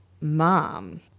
mom